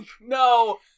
No